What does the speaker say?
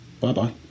Bye-bye